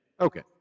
Okay